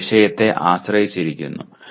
അത് വിഷയത്തെ ആശ്രയിച്ചിരിക്കുന്നു